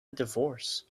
divorce